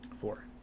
Four